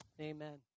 amen